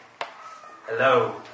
Hello